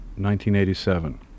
1987